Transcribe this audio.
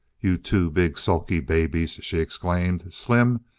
you two big sulky babies! she exclaimed. slim,